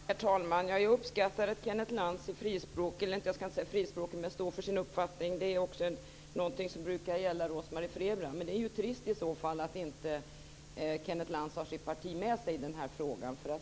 Herr talman! Jag uppskattar att Kenneth Lantz står för sin uppfattning. Det är också någonting som brukar gälla Rose-Marie Frebran. Men det är trist att inte Kenneth Lantz har sitt parti med sig i den här frågan.